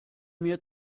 mir